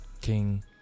King